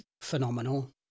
phenomenal